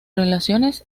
relaciones